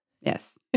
Yes